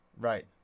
Right